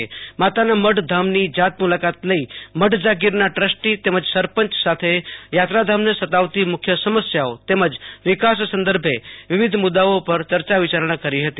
એ માતાનામઢ ધામની જાત મુલાકાત લઈ મઢ જાગીરના ટ્રસ્ટી તેમજ સરપંચ સાથે યાત્રાધામને સતાવતી મુખ્ય સમસ્યાઓ તેમજ વિકાસ સંદર્ભે વિવિધ મુદ્દાઓ પર ચર્ચા વિચારણા કરી હતી